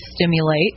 stimulate